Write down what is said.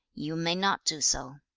you may not do so